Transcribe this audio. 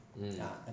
mm